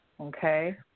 Okay